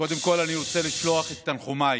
קודם כול אני רוצה לשלוח את תנחומיי